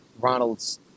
Ronald's